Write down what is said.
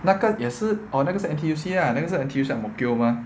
那个也是 oh 那个是 N_T_U_C ah 那个是 N_T_U_C ang mo kio mah